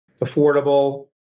affordable